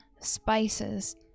spices